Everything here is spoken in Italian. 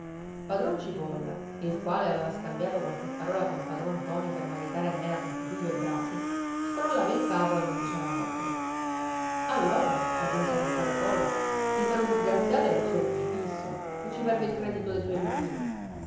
padron cipolla il quale aveva scambiato qualche parola con padron ntoni per maritare mena con suo figlio brasi scrollava il capo e non diceva altro allora aggiunse compare cola il vero disgraziato è lo zio crocifisso che ci perde il credito dei suoi lupini